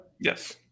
Yes